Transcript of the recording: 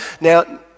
Now